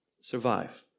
survive